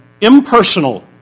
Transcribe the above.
impersonal